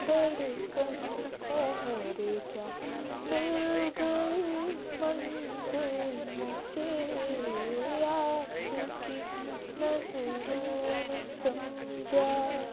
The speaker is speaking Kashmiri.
دھڑکن ٹھہر جا مِل گٮٔی منزل مجھے آپ کی نظروں نے سمجھا